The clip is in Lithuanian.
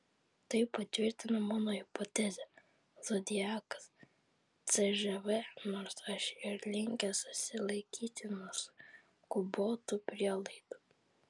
tai patvirtina mano hipotezę zodiakas cžv nors aš ir linkęs susilaikyti nuo skubotų prielaidų